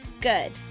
Good